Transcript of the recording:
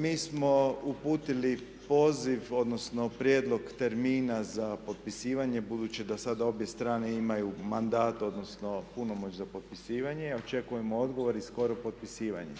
Mi smo uputili poziv, odnosno prijedlog termina za potpisivanje budući da sada obje strane imaju mandat odnosno punomoć za potpisivanje, očekujemo odgovor i skoro potpisivanje.